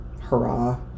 hurrah